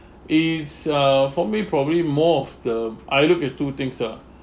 it's uh for me probably more of the I look in two things lah